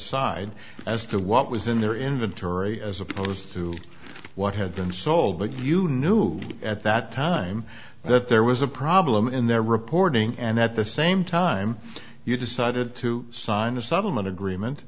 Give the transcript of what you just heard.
side as to what was in their inventory as opposed to what had been sold but you knew at that time that there was a problem in their reporting and at the same time you decided to sign a settlement agreement